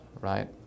right